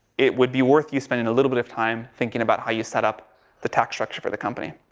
it would be worth you spending a little bit of time thinking about how you set up the tax structure for the company.